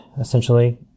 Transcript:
essentially